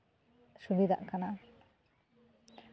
ᱥᱩᱵᱤᱫᱷᱟᱜ ᱠᱟᱱᱟ